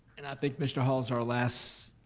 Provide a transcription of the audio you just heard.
and think mr hall's our last